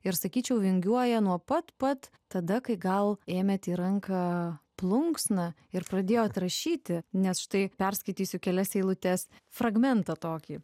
ir sakyčiau vingiuoja nuo pat pat tada kai gal ėmėte į ranką plunksna ir pradėjo rašyti nes štai perskaitysiu kelias eilutes fragmentą tokį